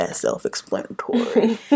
self-explanatory